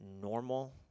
normal